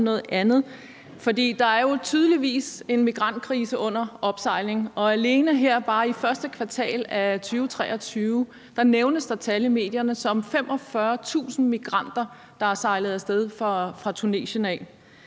er jo tydeligvis en migrantkrise under opsejling. Alene her i første kvartal af 2023 nævnes der i medierne tal som 45.000 migranter, der er sejlet af sted fra Tunesien,